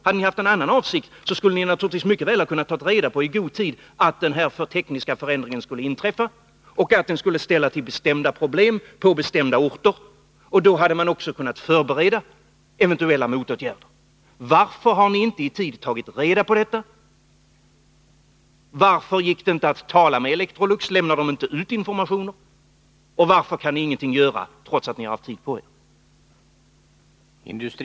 Hade ni haft någon annan avsikt, skulle ni mycket väl i god tid ha kunnat ta reda på att denna tekniska förändring skulle inträffa och att den skulle ställa till bestämda problem på bestämda orter. Då hade ni också kunnat förbereda eventuella motåtgärder. Varför har ni inte i tid tagit reda på detta? Varför gick det inte att tala med Electrolux? Lämnade företaget inte ut informationer? Varför kan ni ingenting göra, trots att ni haft tid på er?